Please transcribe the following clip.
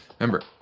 Remember